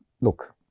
Look